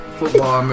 football